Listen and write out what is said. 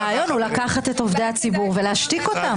הרעיון הוא לקחת את עובדי הציבור ולהשתיק אותם,